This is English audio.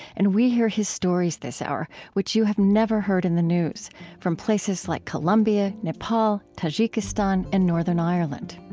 and we hear his stories this hour, which you have never heard in the news from places like colombia, nepal, tajikistan, and northern ireland.